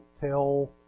tell